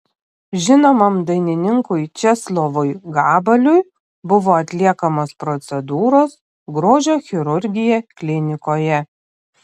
žinomam dainininkui česlovui gabaliui buvo atliekamos procedūros grožio chirurgija klinikoje